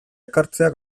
ekartzea